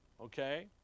Okay